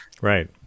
Right